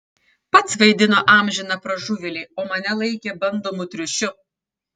pats vaidino amžiną pražuvėlį o mane laikė bandomu triušiu